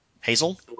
Hazel